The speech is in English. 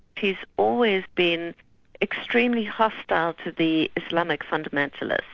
he's always been extremely hostile to the islamic fundamentalists.